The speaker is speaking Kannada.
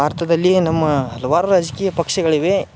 ಭಾರತದಲ್ಲಿಯೇ ನಮ್ಮಾ ಹಲವಾರು ರಾಜಕೀಯ ಪಕ್ಷಗಳಿವೆ